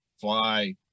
fly